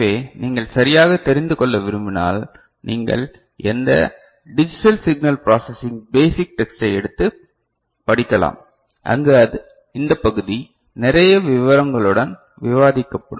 76 dB எனவே நீங்கள் சரியாக தெரிந்து கொள்ள விரும்பினால் நீங்கள் எந்த டிஜிட்டல் சிக்னல் பிராசசிங் பேசிக் டெக்ஸ்டை எடுத்துப் படிக்கலாம் அங்கு இந்த பகுதி நிறைய விவரங்களுடன் விவாதிக்கப்படும்